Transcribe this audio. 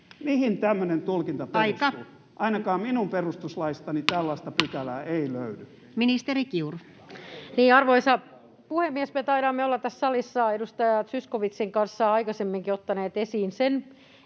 Mihin tämmöinen tulkinta perustuu? [Puhemies: Aika!] Ainakaan minun perustuslaistani tällaista pykälää ei löydy. Ministeri Kiuru. Arvoisa puhemies! Me taidamme olla tässä salissa edustaja Zyskowiczin kanssa aikaisemminkin ottaneet esiin sen,